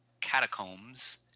Catacombs